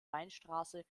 weinstraße